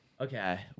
Okay